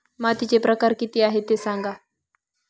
मातीचे प्रकार किती आहे ते सांगा